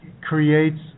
creates